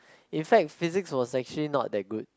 in fact physics was actually not that good